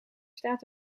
staat